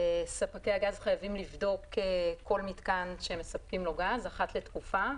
ספקי הגז חייבים לבדוק כל מיתקן שהם מספקים לו גז אחת לתקופה,